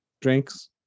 drinks